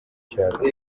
cyarwo